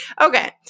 Okay